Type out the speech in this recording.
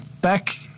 back